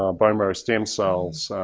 ah bone marrow stem cells,